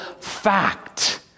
fact